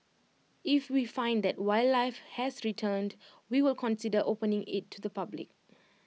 if we find that wildlife has returned we will consider opening IT to the public